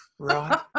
Right